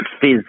fizz